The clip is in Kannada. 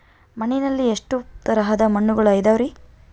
ಮಣ್ಣಿನಲ್ಲಿ ಎಷ್ಟು ತರದ ಮಣ್ಣುಗಳ ಅದವರಿ?